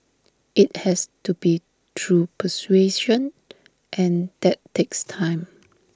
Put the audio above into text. IT has to be through persuasion and that takes time